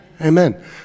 Amen